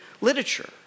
literature